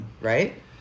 Right